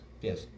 Yes